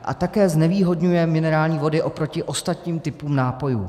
A také znevýhodňuje minerální vody oproti ostatním typům nápojů.